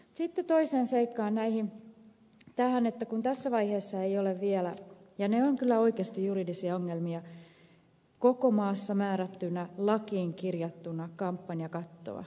sitten toiseen seikkaan tähän että tässä vaiheessa ei ole vielä ja ne ovat kyllä oikeasti juridisia ongelmia koko maassa määrättynä lakiin kirjattua kampanjakattoa